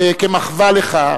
כמחווה לך,